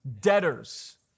Debtors